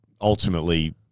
ultimately